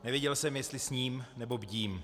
Nevěděl jsem, jestli sním, nebo bdím.